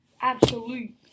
absolute